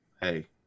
Hey